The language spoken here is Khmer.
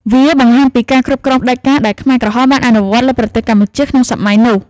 វាបង្ហាញពីការគ្រប់គ្រងផ្ដាច់ការដែលខ្មែរក្រហមបានអនុវត្តលើប្រទេសកម្ពុជាក្នុងសម័យនោះ។